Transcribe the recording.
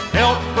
help